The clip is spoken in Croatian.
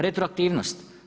Retroaktivnost.